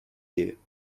you